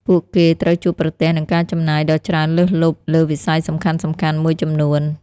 ពួកគេត្រូវជួបប្រទះនឹងការចំណាយដ៏ច្រើនលើសលប់លើវិស័យសំខាន់ៗមួយចំនួន។